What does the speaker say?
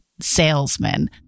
Salesman